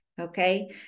Okay